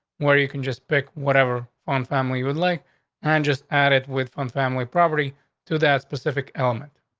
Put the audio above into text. where you can just pick whatever fun family would like and just add it with on family property to that specific element,